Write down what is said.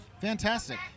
Fantastic